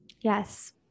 Yes